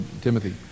Timothy